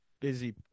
busy